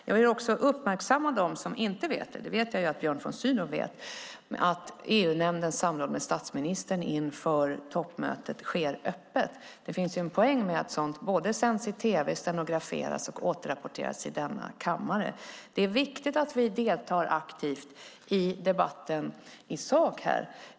Jag vet att Björn von Sydow vet det, men jag vill också uppmärksamma dem som inte vet det på att EU-nämndens samråd med statsministern inför toppmötet sker öppet. Det finns en poäng med att sådant både sänds i tv, stenograferas och återrapporteras i denna kammare. Det är viktigt att vi deltar aktivt i debatten i sak.